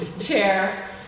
chair